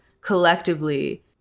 collectively